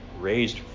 Raised